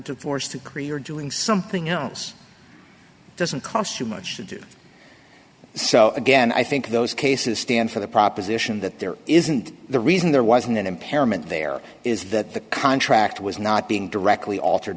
divorce to create or doing something else doesn't cost you much to do so again i think those cases stand for the proposition that there isn't the reason there wasn't an impairment there is that the contract was not being directly altered